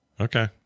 okay